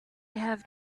have